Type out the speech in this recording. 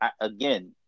again